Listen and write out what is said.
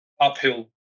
uphill